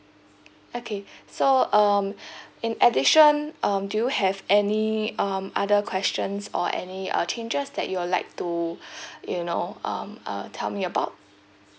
okay so um in addition um do you have any um other questions or any uh changes that you would like to you know um uh tell me about